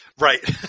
Right